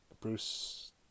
Bruce